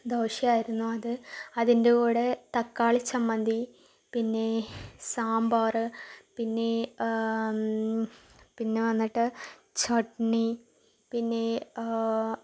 ദോശയാരുന്നു അത് അതിൻ്റെ കൂടെ തക്കാളിച്ചമ്മന്തി പിന്നേ സാമ്പാറ് പിന്നേ പിന്ന വന്നിട്ട് ചട്ണി പിന്നേ